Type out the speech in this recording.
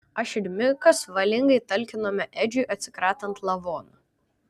aš ir mikas valingai talkinome edžiui atsikratant lavono